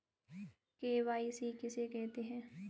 KYC किसे कहते हैं?